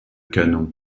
canon